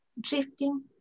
drifting